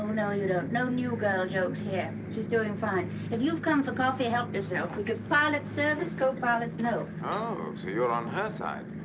no, you don't. no new-girl jokes here. she's doing fine. if you've come for coffee, help yourself. we give pilots service. co-pilots, no. oh, so you're on her side.